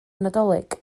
nadolig